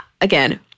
Again